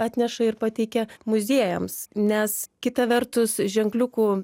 atneša ir pateikia muziejams nes kita vertus ženkliukų